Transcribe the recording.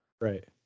right